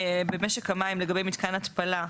במשק המים, לגבי מתקן התפלה.